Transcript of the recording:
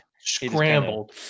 Scrambled